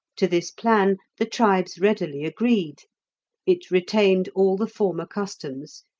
to this plan the tribes readily agreed it retained all the former customs,